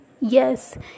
Yes